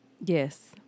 Yes